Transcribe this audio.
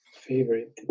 Favorite